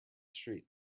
street